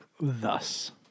thus